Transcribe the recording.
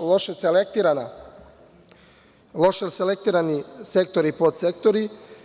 loše selektirani sektori i podsektori.